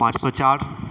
پانچ سو چار